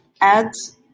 ads